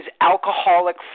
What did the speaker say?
alcoholic